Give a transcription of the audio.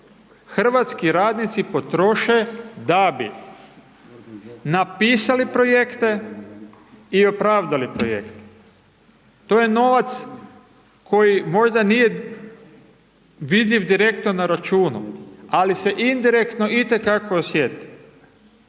hrvatski radnici potroše da bi napisali projekte i opravdali projekte, to je novac koji možda nije vidljiv direktno na računu, ali se indirektno i te kako osjeti.